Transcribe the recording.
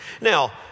Now